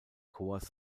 corps